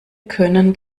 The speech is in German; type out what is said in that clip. können